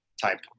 type